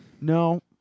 No